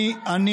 אתה חצוף,